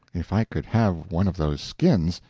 if i could have one of those skins,